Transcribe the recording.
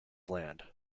land